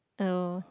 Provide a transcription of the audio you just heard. oh